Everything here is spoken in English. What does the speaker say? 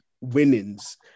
winnings